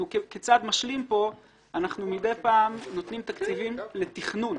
אנחנו כצעד משלים כאן מדי פעם נותנים תקציבים לתכנון,